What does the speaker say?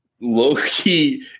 Loki